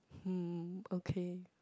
hmm okay